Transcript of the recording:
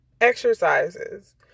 exercises